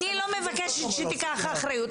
אני לא מבקשת שתיקח אחריות.